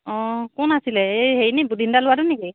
অঁ কোন আছিলে এই হেৰি নি গোবিন দাৰ ল'ৰাটো নেকি